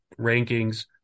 rankings